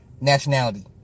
nationality